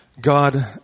God